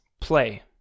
play